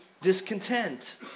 discontent